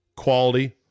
quality